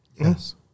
yes